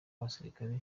abasirikare